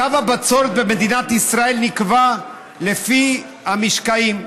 קו הבצורת במדינת ישראל נקבע לפי המשקעים,